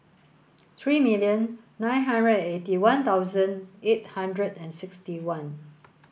three million nine hundred and eighty one thousand eight hundred and sixty one